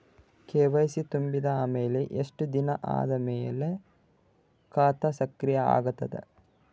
KYC ತುಂಬಿದ ಅಮೆಲ ಎಷ್ಟ ದಿನ ಆದ ಮೇಲ ಖಾತಾ ಸಕ್ರಿಯ ಅಗತದ?